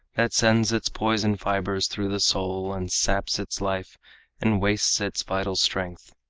that sends its poison fibers through the soul and saps its life and wastes its vital strength.